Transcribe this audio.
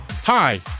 Hi